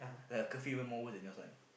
her curfew even more worse than yours one